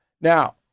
Now